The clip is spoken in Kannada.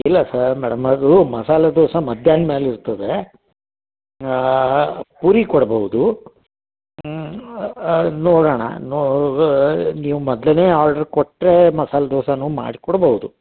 ಇಲ್ಲ ಸರ್ ಮೇಡಮ್ ಅದು ಮಸಾಲೆ ದೋಸೆ ಮಧ್ಯಾಹ್ನ ಮ್ಯಾಲೆ ಇರ್ತದೆ ಪೂರಿ ಕೊಡ್ಬೋದು ನೋಡೋಣ ನೀವು ಮೊದಲೇನೇ ಆರ್ಡರ್ ಕೊಟ್ಟರೆ ಮಸಾಲೆ ದೋಸೆನು ಮಾಡಿ ಕೊಡ್ಬೋದು